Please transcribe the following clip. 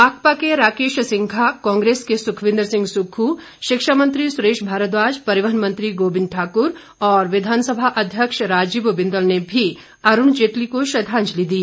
माकपा के राकेश सिंघा कांग्रेस के सुखविंद्र सिंह सुक्खू शिक्षा मंत्री सुरेश भारद्वाज परिवहन मंत्री गोविंद ठाक्र और विधानसभा अध्यक्ष राजीव बिंदल ने भी अरुण जेटली को श्रद्वांजलि दी